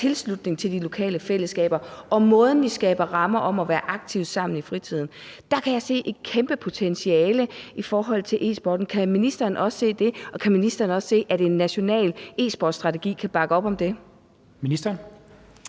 tilslutning til de lokale fællesskaber og måden, vi skaber rammer om at være aktive sammen i fritiden på. Der kan jeg se et kæmpe potentiale i forhold til e-sporten. Kan ministeren også se det? Og kan ministeren også se, at en national e-sportsstrategi kan bakke op om det? Kl.